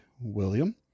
William